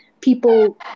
people